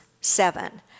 seven